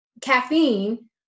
Caffeine